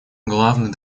главный